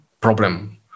problem